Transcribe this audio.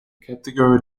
category